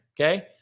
Okay